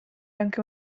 anche